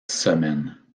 semaines